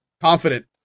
confident